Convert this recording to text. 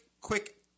quick